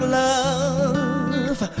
love